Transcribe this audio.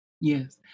Yes